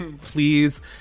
Please